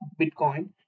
bitcoin